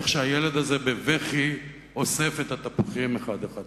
איך הילד הזה בבכי אוסף את התפוחים אחד אחד מהרצפה.